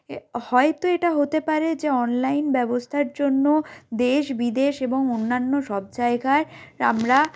হয়তো এটা হতে পারে যে অনলাইন ব্যবস্থার জন্য দেশ বিদেশ এবং অন্যান্য সব জায়গার আমরা